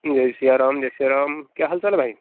जय सियाराम जय सियाराम क्या हाल चाल है भाई